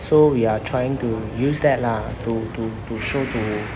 so we are trying to use that lah to to to show to